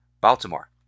Baltimore